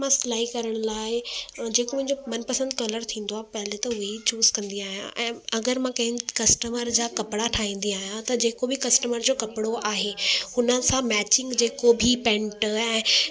मां सिलाई करण लाइ जेको मुंहिंजो मनपसंदि कलर थींदो आहे पहले त उहा ई चूज़ कंदी आहियां ऐं अगरि मां कंहिं कस्टमर जा कपिड़ा ठाहींदी आहियां त जेको बि कस्टमर जो कपिड़ो आहे हुनसां मैचिंग जेको बि पेंट ऐं